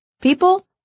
people